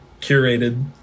curated